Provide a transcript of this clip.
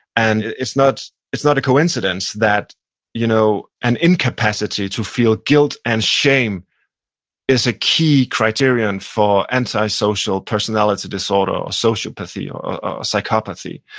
and it's not it's not a coincidence that you know an incapacity to feel guilt and shame is a key criterion for antisocial personality disorder or sociopathy, or or psychopathy.